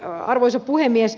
ja arvoisa puhemies